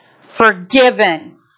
forgiven